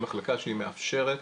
היא מחלקה שהיא מאפשרת,